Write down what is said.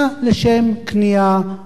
וכמה דברים של פשוט,